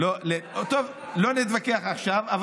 טוב, לא נתווכח עכשיו.